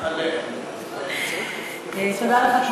תודה רבה.